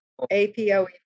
APOE